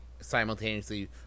simultaneously